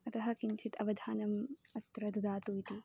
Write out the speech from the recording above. अतः किञ्चित् अवधानम् अत्र ददातु इति